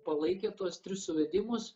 palaikė tuos tris suvedimus